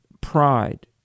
pride